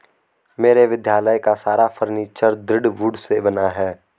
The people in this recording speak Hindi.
मेरे विद्यालय का सारा फर्नीचर दृढ़ वुड से बना है